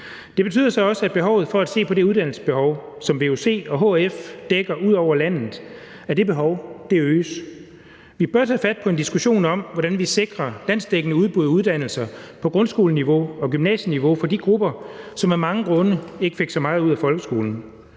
betyder også, at behovet for at se på det uddannelsesbehov, som vuc og hf dækker ud over landet, øges. Vi bør tage fat på en diskussion om, hvordan vi sikrer landsdækkende udbud af uddannelser på grundskoleniveau og gymnasieniveau for de grupper, som af mange grunde ikke fik så meget ud af folkeskolen.